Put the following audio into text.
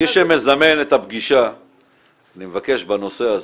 מי שמזמן את הפגישה בנושא הזה,